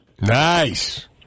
Nice